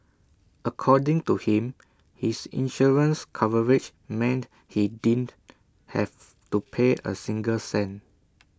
according to him his insurance coverage meant he didn't have to pay A single cent